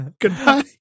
Goodbye